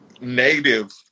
native